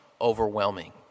Overwhelming